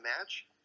match